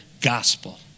gospel